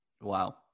wow